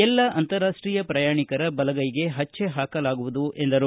ಎಲ್ಲ ಅಂತಾರಾಷ್ಟೀಯ ಪ್ರಯಾಣಿಕರ ಬಲಗೈಗೆ ಹಣ್ಣೆ ಹಾಕಲಾಗುವುದು ಎಂದರು